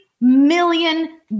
million